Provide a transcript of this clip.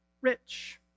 rich